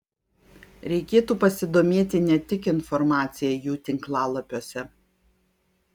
reikėtų pasidomėti ne tik informacija jų tinklalapiuose